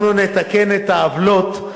אנחנו נתקן את העוולות.